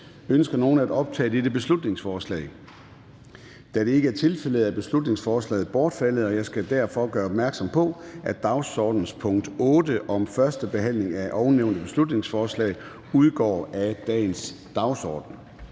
Ønsker nogen at optage dette beslutningsforslag? Da det ikke er tilfældet, er beslutningsforslaget bortfaldet. Jeg skal derfor gøre opmærksom på, at dagsordenens punkt nr. 8 om første behandling af ovennævnte beslutningsforslag udgår af dagens møde.